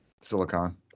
Silicon